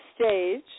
stage